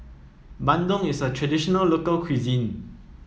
bandung is a traditional local cuisine